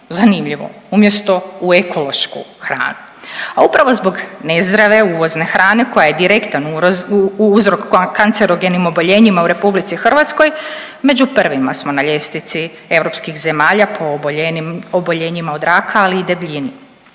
zanimljivo, umjesto u ekološku hranu, a upravo zbog nezdrave uvozne hrane koja je direktan uzrok kancerogenim oboljenjima u RH, među prvima smo na ljestvici europskih zemalja po oboljenjima od raka, ali i debljini.